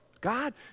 God